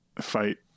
fight